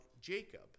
Jacob